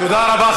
תודה רבה,